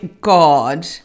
God